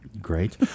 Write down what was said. great